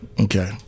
Okay